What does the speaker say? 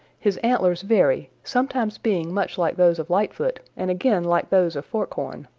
his antlers vary, sometimes being much like those of lightfoot and again like those of forkhorn.